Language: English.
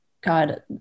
God